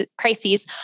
crises